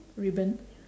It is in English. ribbon